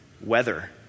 weather